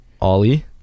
Ollie